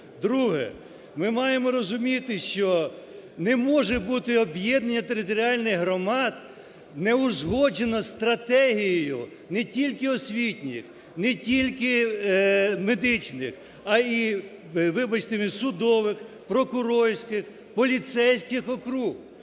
Друге. Ми маємо розуміти, що не може бути об'єднання територіальних громад, неузгоджене стратегією не тільки освітніх, не тільки медичних, а й, вибачте, судових, прокурорських, поліцейських округ.